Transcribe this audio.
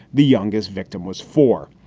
the youngest victim was four.